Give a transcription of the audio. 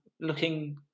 looking